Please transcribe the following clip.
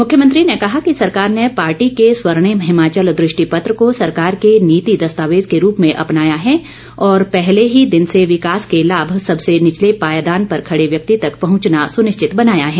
मुख्यमंत्री ने कहा कि सरकार ने पार्टी के स्वर्णिम हिमाचल दृष्टि पत्र को सरकार के नीति दस्तावेज के रूप में अपनाया है और पहले ही दिन से विकास के लाभ सबसे निचले पायदान पर खड़े व्यक्ति तक पहंचाना सुनिश्चित बनाया है